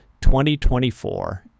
2024